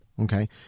okay